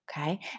Okay